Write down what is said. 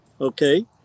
okay